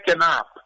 up